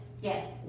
Yes